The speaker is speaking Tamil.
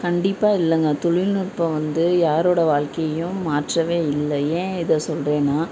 கண்டிப்பாக இல்லைங்க தொழில்நுட்பம் வந்து யாரோட வாழ்க்கையையும் மாற்றவே இல்லை ஏன் இதை சொல்கிறேன்னா